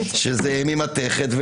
זה ממתכת,